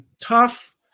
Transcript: tough